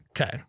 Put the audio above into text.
Okay